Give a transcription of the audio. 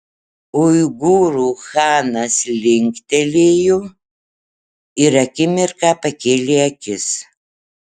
uigūrų chanas linktelėjo ir akimirką pakėlė akis